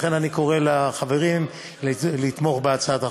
לכן אני קורא לחברים לתמוך בהצעת החוק.